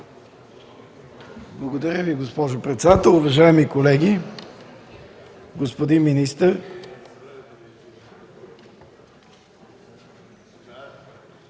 Благодаря Ви, госпожо председател. Уважаеми господин министър,